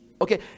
okay